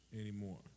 anymore